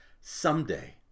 Someday